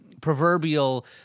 proverbial